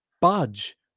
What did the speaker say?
budge